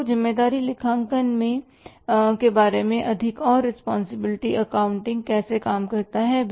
तो ज़िम्मेदारी लेखांकन के बारे में अधिक और रिस्पांसिबिलिटी अकाउंटिंग कैसे काम करता है